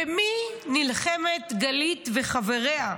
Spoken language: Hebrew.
במי נלחמים גלית וחבריה?